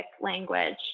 language